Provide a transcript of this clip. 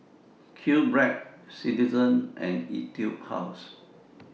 QBread Citizen and Etude House